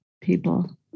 people